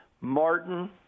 Martin